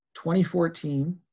2014